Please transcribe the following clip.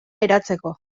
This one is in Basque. eratzeko